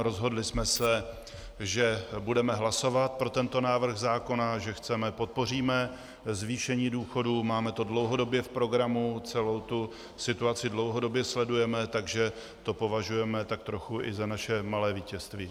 Rozhodli jsme se, že budeme hlasovat pro tento návrh zákona, že podpoříme zvýšení důchodů, máme to dlouhodobě v programu, celou tu situaci dlouhodobě sledujeme, takže to považujeme tak trochu i za naše malé vítězství.